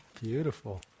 Beautiful